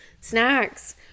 snacks